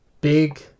big